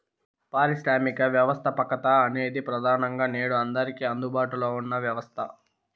పారిశ్రామిక వ్యవస్థాపకత అనేది ప్రెదానంగా నేడు అందరికీ అందుబాటులో ఉన్న వ్యవస్థ